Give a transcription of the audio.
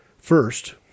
First